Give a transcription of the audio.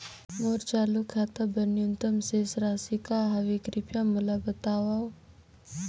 मोर चालू खाता बर न्यूनतम शेष राशि का हवे, कृपया मोला बतावव